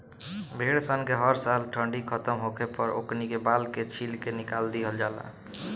भेड़ सन के हर साल ठंडी खतम होखे पर ओकनी के बाल के छील के निकाल दिहल जाला